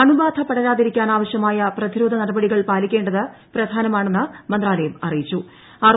അണുബാധ പടരാതിരിക്കാൻ ആവശ്യമായ പ്രതിരോധ നടപടികൾ പാലിക്കേണ്ടത് പ്രധാനമാണെന്ന് മന്ത്രാലയം അറിയിച്ചു